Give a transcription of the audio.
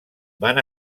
van